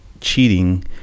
cheating